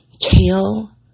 Kale